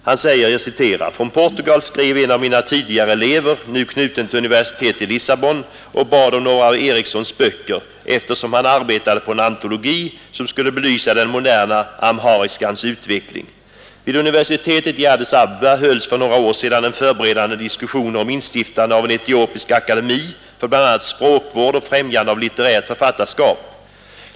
Professor Rubensson skriver: ”Från Portugal skrev en av mina tidigare elever, nu knuten till universitetet i Lissabon, och bad om några av Erikssons böcker, eftersom han arbetade på en antologi, som skulle belysa den moderna amhariskans utveckling. Vid universitetet i Addis Abeba hölls för några år sedan förberedande diskussioner om instiftandet av en etiopisk akademi för bl.a. språkvård och främjande av litterärt författarskap.